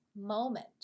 moment